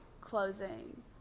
Closing